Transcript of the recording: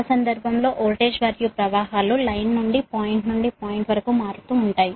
ఆ సందర్భంలో వోల్టేజ్ మరియు ప్రవాహాలు లైన్ నుండి పాయింట్ నుండి పాయింట్ వరకు మారుతూ ఉంటాయి